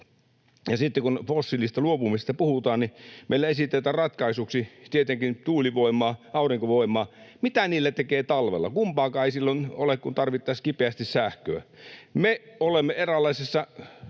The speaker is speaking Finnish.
sitten kun fossiilisista luopumisesta puhutaan, niin meille esitetään ratkaisuksi tietenkin tuulivoimaa, aurinkovoimaa. Mitä niillä tekee talvella? Kumpaakaan ei silloin ole, kun tarvittaisiin kipeästi sähköä. Me olemme eräänlaisessa